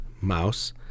mouse